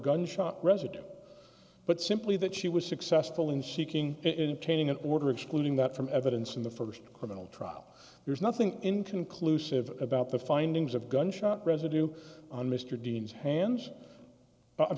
gunshot residue but simply that she was successful in seeking in changing an order excluding that from evidence in the first criminal trial there is nothing inconclusive about the findings of gunshot residue on mr dean's hands i'm